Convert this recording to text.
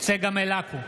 צגה מלקו,